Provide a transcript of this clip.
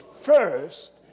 first